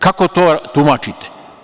Kako to tumačite?